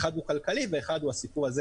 אחד הוא כלכלי ואחד הוא זה,